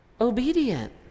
obedient